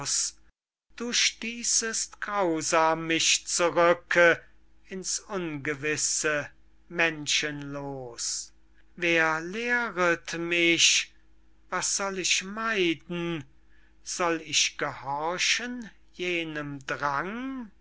du stießest grausam mich zurücke ins ungewisse menschenloos wer lehret mich was soll ich meiden soll ich gehorchen jenem drang